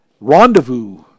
rendezvous